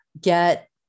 get